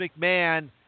McMahon